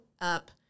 up